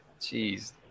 Jeez